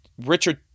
Richard